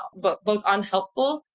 ah but both unhelpful,